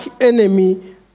enemy